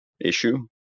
issue